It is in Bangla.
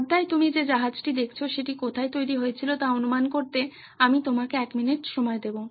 পর্দায় তুমি যে জাহাজটি দেখছো সেটি কোথায় তৈরি হয়েছিল তা অনুমান করতে আমি তোমাকে এক মিনিট সময় দেব